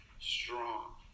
strong